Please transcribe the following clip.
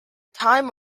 time